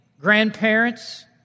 grandparents